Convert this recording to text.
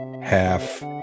half